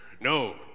no